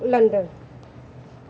London